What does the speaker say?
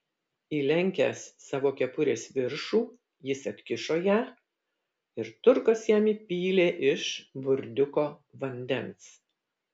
įlenkęs savo kepurės viršų jis atkišo ją ir turkas jam įpylė iš burdiuko vandens